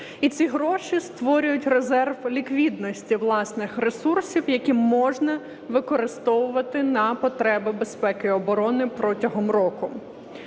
і ці гроші створюють резерв ліквідності власних ресурсів, які можна використовувати на потреби безпеки і оборони протягом року.